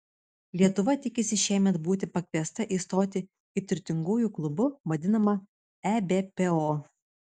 lietuva tikisi šiemet būti pakviesta įstoti į turtingųjų klubu vadinamą ebpo